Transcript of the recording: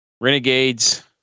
Renegades